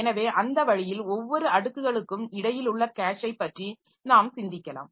எனவே அந்த வழியில் ஒவ்வொரு அடுக்குகளுக்கும் இடையில் உள்ள கேஷை பற்றி நாம் சிந்திக்கலாம்